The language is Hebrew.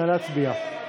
נא להצביע.